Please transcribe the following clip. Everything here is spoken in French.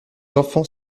enfants